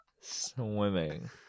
swimming